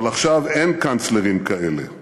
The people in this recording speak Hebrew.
אבל עכשיו אין קנצלרים כאלה.